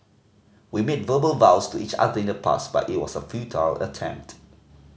we made verbal vows to each other in the past but it was a futile attempt